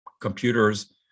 computers